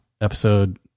episode